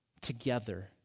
Together